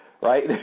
right